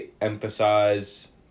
emphasize